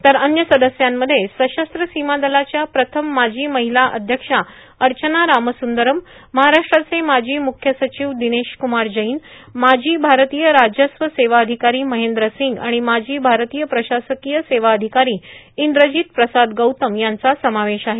तर अन्य सदस्यांमध्ये सशस्त्र सीमा दलाच्या प्रथम माजी महिला अध्यक्षा अर्चना रामसुंदरमु महाराष्ट्राचे माजी मुख्य सचिव दिनेश क्रमार जैन माजी भारतीय राजस्व सेवा अधिकारी महेंद्र सिंग आणि माजी भारतीय प्रशासकीय सेवा अधिकारी इंद्रजित प्रसाद गौतम यांचा समावेश आहे